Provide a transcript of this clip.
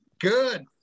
Good